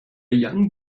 young